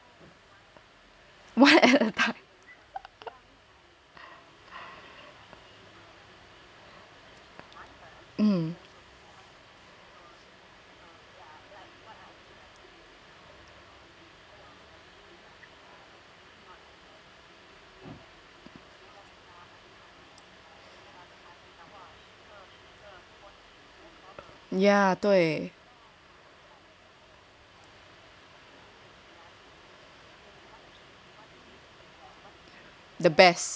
ya 对 the best